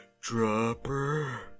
dropper